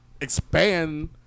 expand